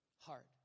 heart